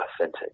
authentic